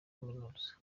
kaminuza